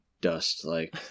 dust-like